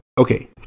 Okay